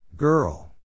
Girl